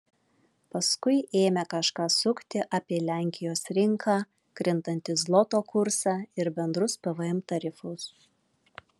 paskui ėmė kažką sukti apie lenkijos rinką krintantį zloto kursą ir bendrus pvm tarifus